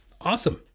Awesome